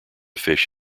fish